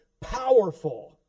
powerful